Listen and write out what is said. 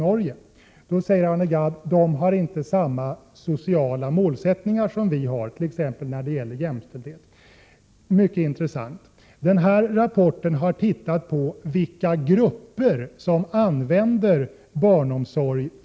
1987/88:94 Norge inte hade samma målsättningar som vi, t.ex. i fråga om jämställdhet. — 6 april 1988 Det var mycket intressant att höra. I den här rapporten redovisas vilka 2 DV y ppe Revision och effektivi samhällsgrupper i Sverige resp. Norge som använder sig av barnomsorg.